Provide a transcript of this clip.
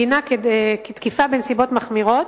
דינה כתקיפה בנסיבות מחמירות,